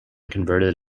converted